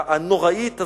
הנוראית הזאת,